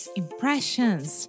impressions